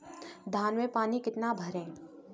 धान में पानी कितना भरें?